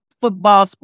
football